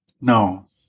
No